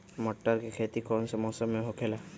मटर के खेती कौन मौसम में होखेला?